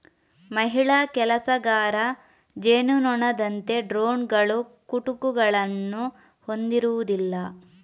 ಮಹಿಳಾ ಕೆಲಸಗಾರ ಜೇನುನೊಣದಂತೆ ಡ್ರೋನುಗಳು ಕುಟುಕುಗಳನ್ನು ಹೊಂದಿರುವುದಿಲ್ಲ